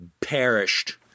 perished